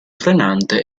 frenante